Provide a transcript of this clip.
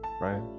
right